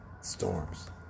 Storms